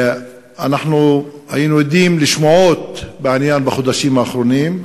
היינו עדים לשמועות בחודשים האחרונים,